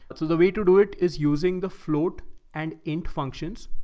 but so the way to do it is using the float and it functions.